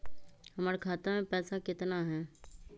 हमर खाता मे पैसा केतना है?